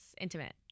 intimate